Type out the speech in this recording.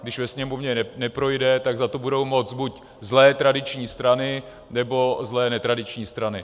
Když ve Sněmovně neprojde, tak za to budou moct buď zlé tradiční strany, nebo zlé netradiční strany.